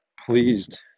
pleased